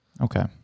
Okay